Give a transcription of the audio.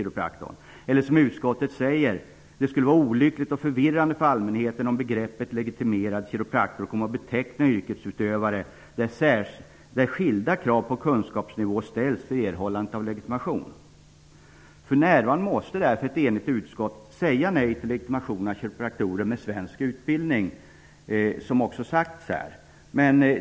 Som utskottet säger skulle det vara olyckligt och förvirrande för allmänheten om begreppet legitimerad kiropraktor kom att beteckna yrkesutövare med skilda krav på kunskapsnivå för erhållandet av legitimation. Därför säger ett enigt utskott nu nej till legitimation av kiropraktorer med svensk utbildning.